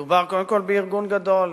מדובר, קודם כול, בארגון גדול.